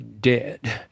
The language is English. dead